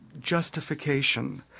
justification